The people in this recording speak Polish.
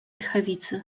tchawicy